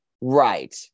Right